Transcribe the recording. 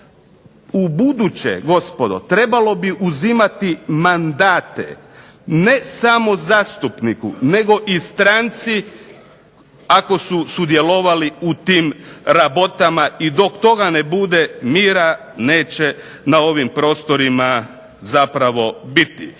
Ubuduće gospodo trebalo bi uzimati mandate ne samo zastupniku, nego i stranci ako su sudjelovali u tim rabotama. I dok toga ne bude mira neće na ovim prostorima biti.